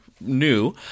new